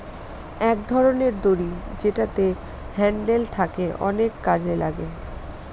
এক ধরনের দড়ি যেটাতে হ্যান্ডেল থাকে অনেক কাজে লাগে